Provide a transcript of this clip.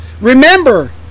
remember